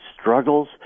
struggles